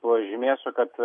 pažymėsiu kad